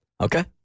Okay